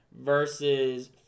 versus